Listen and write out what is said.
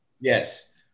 Yes